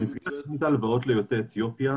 הלוואות ליוצאי אתיופיה,